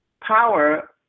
power